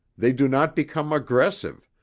they do not become aggressive,